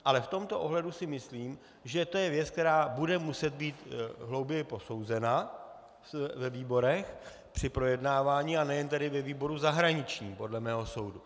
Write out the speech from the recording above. Ale v tomto ohledu si myslím, že to je věc, která bude muset být hlouběji posouzena ve výborech při projednávání, a nejen ve výboru zahraničním podle mého soudu.